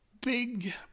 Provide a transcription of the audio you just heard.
big